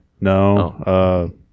no